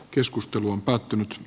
keskustelu on päättynyt